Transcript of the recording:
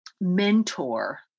mentor